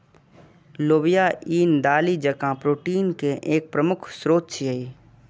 लोबिया ईन दालि जकां प्रोटीन के एक प्रमुख स्रोत छियै